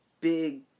big